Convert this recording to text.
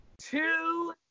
two